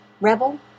rebel